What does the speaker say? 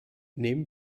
nehmen